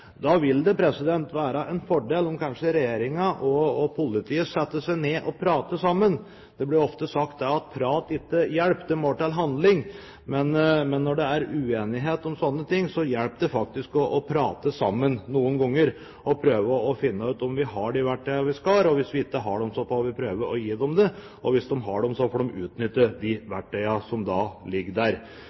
Da vil det være en fordel om kanskje regjeringen og politiet setter seg ned og prater sammen. Det blir ofte sagt at prat ikke hjelper, det må handling til. Men når det er uenighet om slike ting, hjelper det faktisk noen ganger å prate sammen for å prøve å finne ut om politiet har de verktøyene de skal ha. Hvis de ikke har dem, får vi prøve å gi dem det, og hvis de har dem, får de utnytte de verktøyene som ligger der.